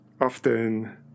often